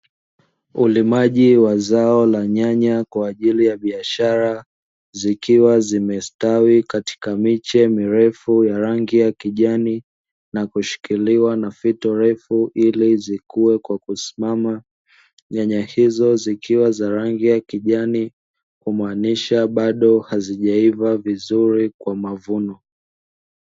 Ulimaji wa zao la nyanya kwa ajili ya biashara, zikiwa zimestawi katika miche mirefu ya rangi ya kijani na kushikiliwa na fito refu ili zikue kwa kusimama. Nyanya hizo zikiwa za rangi ya kijani kumaanisha bado hazijaiva vizuri kwa mavuno.